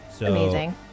Amazing